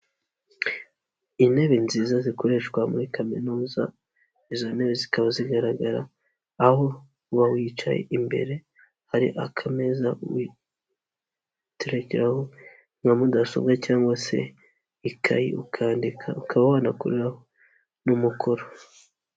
Intebe nziza zikoreshwa muri kaminuza, izo ntebe zikaba zigaragara aho uba wicaye imbere hari akameza witerekeraho nka mudasobwa cyangwa se ikayi ukandika ukaba wanakoreraho n'umukoro.